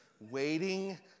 waiting